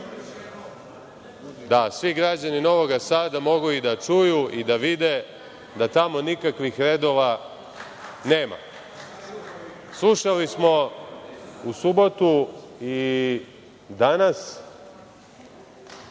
građani Novog Sada mogu i da čuju i da vide da tamo nikakvih redova nema. Slušali smo u subotu, i danas,